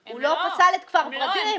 הוא לא פסל את כפר ורדים.